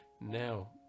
Now